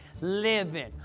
living